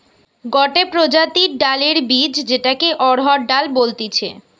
গটে প্রজাতির ডালের বীজ যেটাকে অড়হর ডাল বলতিছে